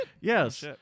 Yes